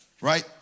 Right